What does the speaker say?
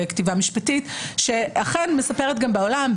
כתיבה משפטית שאכן מספרת גם בעולם,